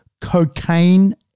cocaine